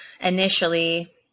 initially